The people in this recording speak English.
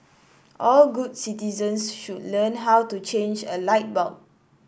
all good citizens should learn how to change a light bulb